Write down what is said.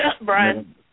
Brian